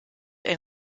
ein